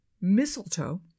Mistletoe